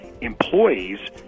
employees